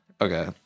okay